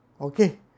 okay